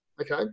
okay